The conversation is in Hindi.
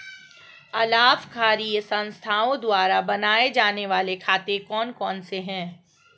अलाभकारी संस्थाओं द्वारा बनाए जाने वाले खाते कौन कौनसे हैं?